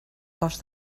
cost